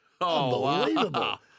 Unbelievable